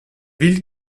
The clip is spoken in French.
ville